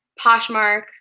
Poshmark